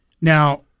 Now